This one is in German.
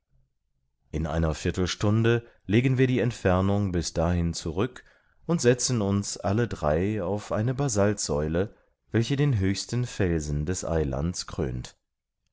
in einer viertelstunde legen wir die entfernung bis dahin zurück und setzen uns alle drei auf eine basaltsäule welche den höchsten felsen des eilands krönt